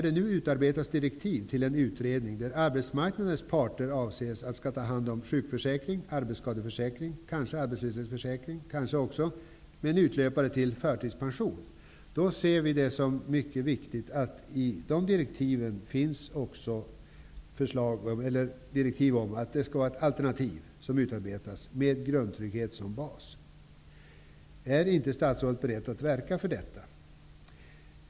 Det utarbetas nu direktiv till en utredning där det avses att arbetsmarknadens parter skall ta hand om sjukförsäkring, arbetsskadeförsäkring, kanske också arbetslöshetsförsäkring, eventuellt med en utlöpare till förtidspension. Då vill jag framhålla vikten av att det i dessa direktiv också ingår direktiv om att det skall utarbetas ett alternativ med grundtrygghet som bas. Är inte statsrådet beredd att verka för detta?